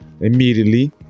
immediately